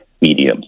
medium